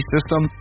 System